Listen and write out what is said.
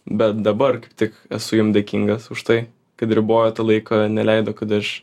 bet dabar kaip tik esu jiem dėkingas už tai kad ribojo tą laiką neleido kad aš